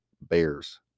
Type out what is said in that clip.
Bears